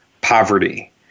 poverty